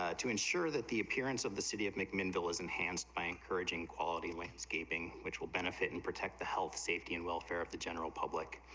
ah to ensure that the appearance of the city of mcminnville is enhanced by encouraging quality landscaping which will benefit and protect the health safety and welfare of the general public,